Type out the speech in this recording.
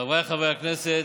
חבריי חברי הכנסת,